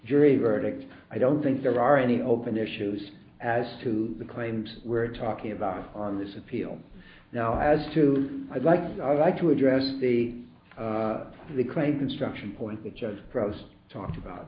jury verdicts i don't think there are any open issues as to the claims we're talking about on this appeal now as to i'd like to i'd like to address the the claim construction point that just talked about